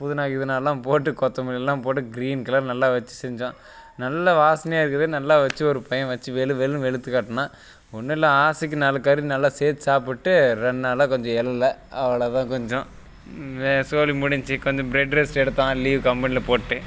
புதினா கிதினாலாம் போட்டு கொத்தமல்லிலாம் போட்டு கிரீன் கலர் நல்லா வெசசி செஞ்சேன் நல்லா வாசனையாக இருக்குதேனு நல்லா வச்சி ஒரு பையன் வச்சி வெளுவெளுன்னு வெளுத்து கட்டினான் ஒன்றும் இல்லை ஆசைக்கு நாலு கறி நல்லா சேர்த்து சாப்பிட்டு ரெண்டு நாளாக கொஞ்சம் எழல அவ்வளோ தான் கொஞ்சம் வே சோலி முடிஞ்சிச்சி கொஞ்சம் பெட் ரெஸ்ட் எடுத்தான் லீவ் கம்பெனியில் போட்டு